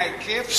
מה היקף?